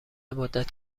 مدت